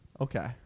Okay